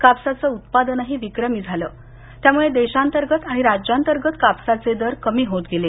कापसाचं उत्पादनही विक्रमी झालं त्याम्ळे देशाअंतर्गत आणि राज्याअंतर्गत कापसाचे दर कमी होत गेले